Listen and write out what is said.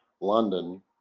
London